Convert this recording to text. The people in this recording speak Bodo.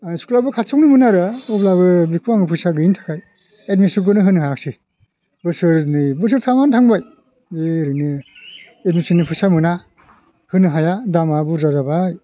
ओ स्कुलआबो खाथियावनोमोन आरो अब्लाबो बिखौ आं फैसा गैयैनि थाखाय एडमिसनखौनो होनो हायाख्सै बोसोरनै बोसोरथामानो थांबाय बे ओरैनो एडमिसननि फैसा मोना होनो हाया दामा बुरजा जाबाय